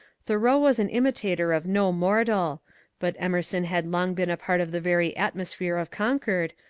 thoreau was an imitator of no mortal but emerson had long been a part of the very atmos phere of concord,